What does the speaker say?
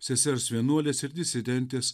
sesers vienuolės ir disidentės